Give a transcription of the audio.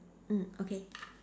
mm okay